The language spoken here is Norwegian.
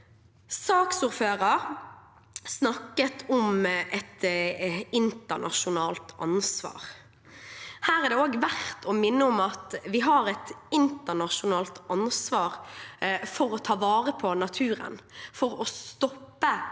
Saksordføreren snakket om et internasjonalt ansvar. Her er det også verdt å minne om at vi har et internasjonalt ansvar for å ta vare på naturen, for å stoppe